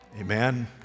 amen